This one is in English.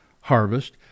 harvest